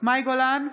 מאי גולן,